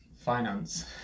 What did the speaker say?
finance